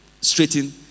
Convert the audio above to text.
straighten